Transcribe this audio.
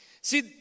See